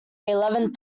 eleven